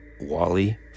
Wally